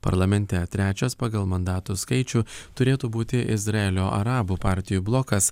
parlamente trečias pagal mandatų skaičių turėtų būti izraelio arabų partijų blokas